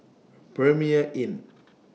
Premier Inn